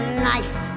knife